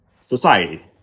Society